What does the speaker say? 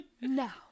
now